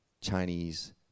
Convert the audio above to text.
Chinese